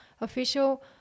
official